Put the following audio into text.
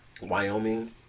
Wyoming